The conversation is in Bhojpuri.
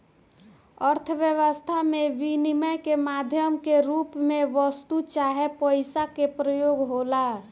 अर्थव्यस्था में बिनिमय के माध्यम के रूप में वस्तु चाहे पईसा के प्रयोग होला